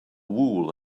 wool